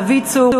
דוד צור,